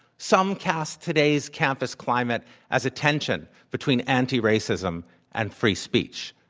some cast today's campus climate as attention between antiracism and free speech.